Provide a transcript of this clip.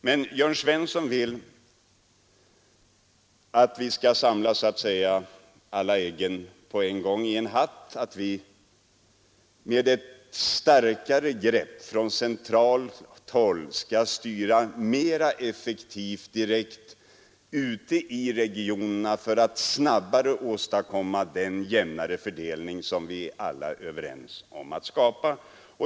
Men Jörn Svensson vill att vi så att säga skall samla alla äggen i en hatt, att vi med ett starkare grepp från centralt håll skall styra mera effektivt direkt ute i regionerna för att snabbare åstadkomma den jämnare fördelning som vi alla är överens om att skapa.